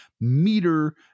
meter